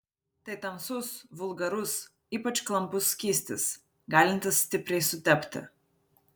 tai tamsus vulgarus ypač klampus skystis galintis stipriai sutepti